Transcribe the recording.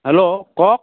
hello কওক